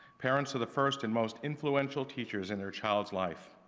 parents are the first and most influential teachers in their child's life.